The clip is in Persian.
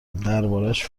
دربارهاش